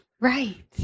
right